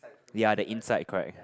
ya the inside correct